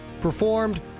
performed